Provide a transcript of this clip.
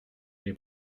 les